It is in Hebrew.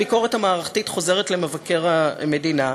הביקורת המערכתית חוזרת למבקר המדינה,